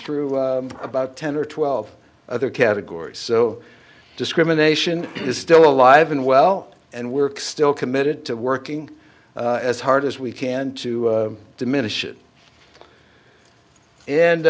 through about ten or twelve other categories so discrimination is still alive and well and we're still committed to working as hard as we can to diminish it